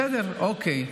בסדר, אוקיי.